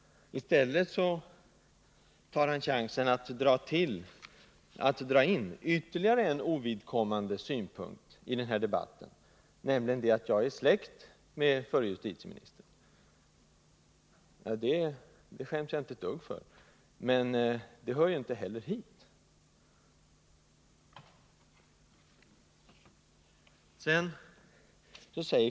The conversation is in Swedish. I stället drar han in ytterligare en ovidkommande synpunkt i debatten, nämligen att jag är släkt med förre justitieministern. Det är jag stolt över, men det hör inte hit.